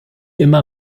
immer